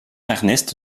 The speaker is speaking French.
ernest